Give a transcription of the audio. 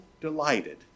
delighted